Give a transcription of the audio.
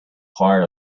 part